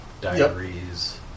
diaries